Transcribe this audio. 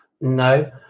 No